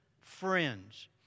friends